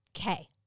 Okay